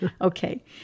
Okay